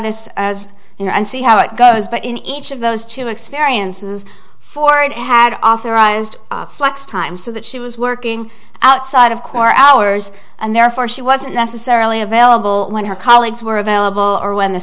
this as you know and see how it goes but in each of those two experiences for it had authorized flex time so that she was working outside of core hours and therefore she wasn't necessarily available when her colleagues were available or when the